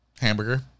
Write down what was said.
Hamburger